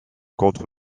contre